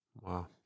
Wow